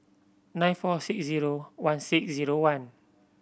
nine four six zero one six zero one